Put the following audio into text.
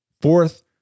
Fourth